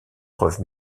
preuve